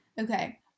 Okay